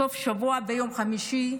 בסוף שבוע, ביום חמישי,